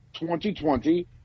2020